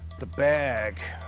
the bag,